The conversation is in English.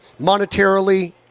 monetarily